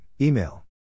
email